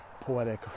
poetic